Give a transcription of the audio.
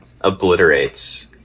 obliterates